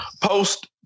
Post